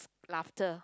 laughter